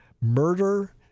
murder